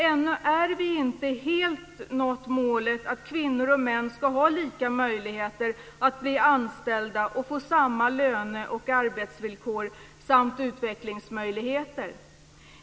Ännu har vi inte helt nått målet att kvinnor och män ska ha lika möjligheter att bli anställda och få samma löne och arbetsvillkor samt utvecklingsmöjligheter.